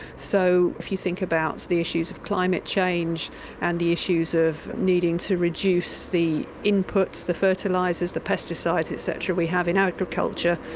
so if you think about the issues of climate change and the issues of needing to reduce the input, the fertilisers, the pesticides, et cetera, we have in agriculture,